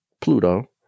Pluto